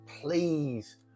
please